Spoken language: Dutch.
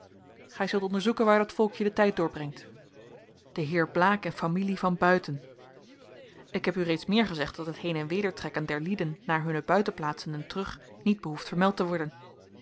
gij zult onderzoeken waar dat volkje den tijd doorbrengt de heer blaek en familie van buiten ik heb u reeds meer gezegd dat het heen en wedertrekken der lieden naar hunne buitenplaatsen en terug niet behoeft vermeld te worden